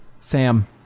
Sam